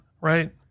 Right